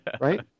right